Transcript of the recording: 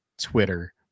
Twitter